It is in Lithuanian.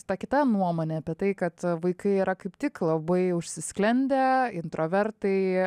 ta kita nuomonė apie tai kad vaikai yra kaip tik labai užsisklendę introvertai